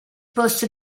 posto